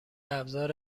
ابزار